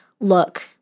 look